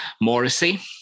Morrissey